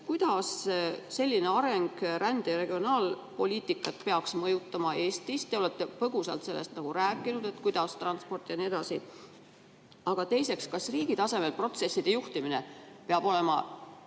kuidas selline areng rände- ja regionaalpoliitikat peaks mõjutama Eestis. Te olete põgusalt sellest rääkinud, kuidas mõjutavad transport jne. Teiseks, kas riigi tasemel protsesside juhtimine peab olema